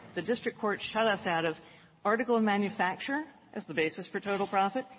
the district court shut us out of article of manufacture as the basis for total profit,